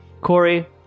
Corey